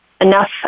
enough